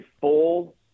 full